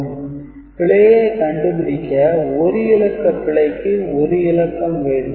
எனவே பிழையை கண்டுபிடிக்க 1 இலக்க பிழைக்க 1 இலக்கம் வேண்டும்